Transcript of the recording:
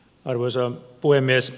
arvoisa puhemies